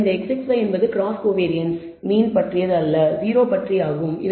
தவிர இந்த Sxy என்பது கிராஸ் கோவேரியன்ஸ் மீன் பற்றியது அல்ல 0 பற்றி ஆகும்